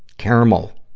caramel.